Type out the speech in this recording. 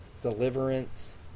deliverance